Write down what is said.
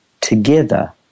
together